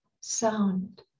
sound